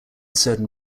certain